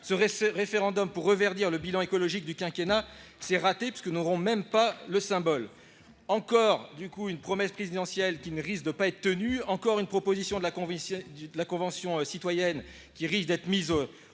ce référendum pour reverdir le bilan écologique du quinquennat, c'est raté : nous n'en aurons même pas le symbole ! Il s'agit encore d'une promesse présidentielle qui risque de ne pas être tenue, d'une proposition de la Convention citoyenne qui risque d'être mise au panier.